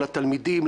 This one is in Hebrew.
לתלמידים,